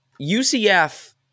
UCF